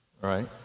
right